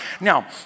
Now